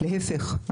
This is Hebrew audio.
להיפך,